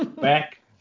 Back